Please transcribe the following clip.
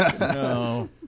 No